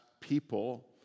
people